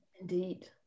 Indeed